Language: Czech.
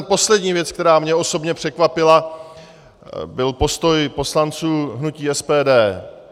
Poslední věc, která mě osobně překvapila, byl postoj poslanců hnutí SPD.